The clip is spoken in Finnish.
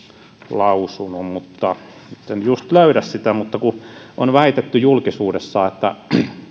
lausunut mutta nyt en just löydä sitä kun on väitetty julkisuudessa että